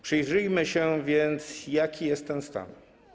Przyjrzyjmy się więc, jaki jest ten stan.